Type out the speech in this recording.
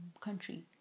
country